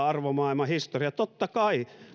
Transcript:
arvomaailma historia totta kai